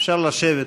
אפשר לשבת.